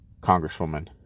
congresswoman